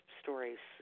stories